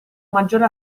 maggiore